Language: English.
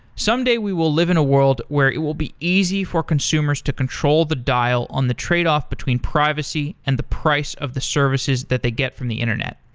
someday we will live in a world where it will be easy for consumers to control the dial on the tradeoff between privacy and the price of the services that they get from the internet.